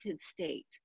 state